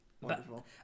wonderful